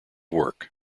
work